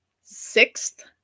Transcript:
sixth